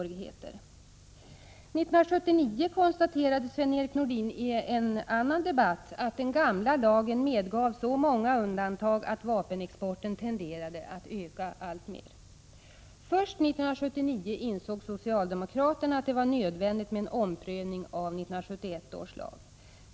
1979 konstaterade Sven Erik Nordin i en annan debatt, att den gamla lagen medgav så många undantag att vapenexporten tenderade att öka alltmer. Först 1979 insåg socialdemokraterna att det var nödvändigt att ompröva 1971 års lag.